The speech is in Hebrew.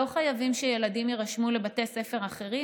לא חייבים שילדים יירשמו לבתי ספר אחרים,